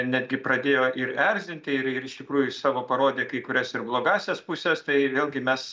netgi pradėjo ir erzinti ir ir iš tikrųjų savo parodė kai kurias ir blogąsias puses tai vėlgi mes